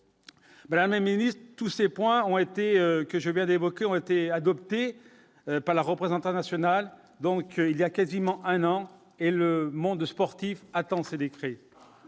Mais la ministre tous ces points ont été que je viens d'évoquer ont été adoptés par la représentant national, donc il y a quasiment un an et le monde sportif attend ses décrets